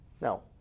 No